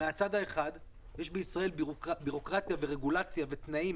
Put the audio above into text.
מהצד האחד, יש בישראל בירוקרטיה ורגולציה ותנאים